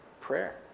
Prayer